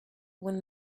when